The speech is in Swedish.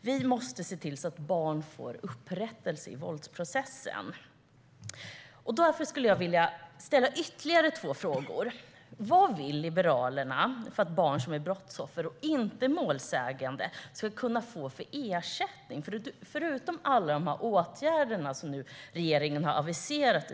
Vi måste se till att barn får upprättelse i våldsprocessen. Därför vill jag ställa ytterligare två frågor. Vad vill Liberalerna att barn som är brottsoffer och inte målsägande ska kunna få för ersättning förutom alla de åtgärder som regeringen har aviserat?